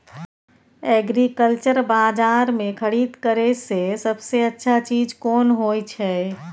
Agriculture बाजार में खरीद करे से सबसे अच्छा चीज कोन होय छै?